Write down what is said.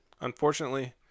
unfortunately